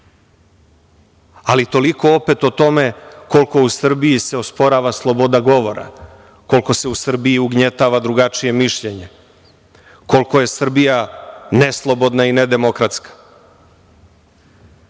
Ali toliko opet o tome koliko se u Srbiji osporava sloboda govora, koliko se u Srbiji ugnjetava drugačije mišljenje, koliko je Srbija neslobodna i nedemokratska.